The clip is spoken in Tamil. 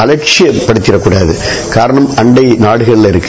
அவட்சியப்படுத்திற கூடாது காரணம் அண்டை நாடுகளில் இருக்கு